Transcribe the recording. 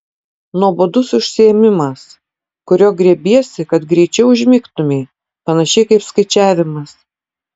nuobodus užsiėmimas kurio griebiesi kad greičiau užmigtumei panašiai kaip skaičiavimas